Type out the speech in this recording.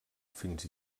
fins